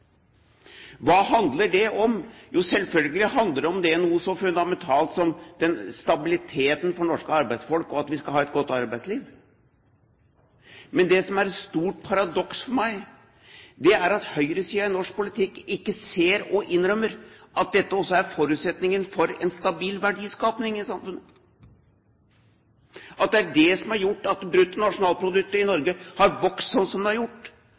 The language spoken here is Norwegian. Hva handler det om? Selvfølgelig handler det om noe så fundamentalt som stabiliteten for norske arbeidsfolk og at vi skal ha et godt arbeidsliv. Men det som er et stort paradoks for meg, er at høyresiden i norsk politikk ikke ser og innrømmer at dette også er forutsetningen for en stabil verdiskaping i samfunnet, at det er det som har gjort at bruttonasjonalproduktet for Norge har vokst sånn som det har gjort